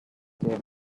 them